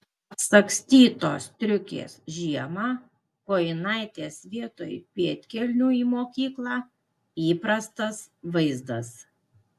atsagstytos striukės žiemą kojinaitės vietoj pėdkelnių į mokyklą įprastas vaizdas